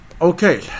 Okay